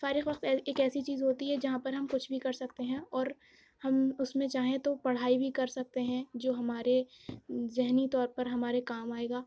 فارغ وقت ایک ایسی ہوتی ہے جہاں پر ہم کچھ بھی کر سکتے ہیں اور ہم اس میں چاہیں تو پڑھائی بھی کر سکتے ہیں جو ہمارے ذہنی طور پر ہمارے کام آئے گا